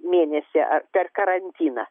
mėnesį ar per karantiną